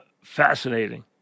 fascinating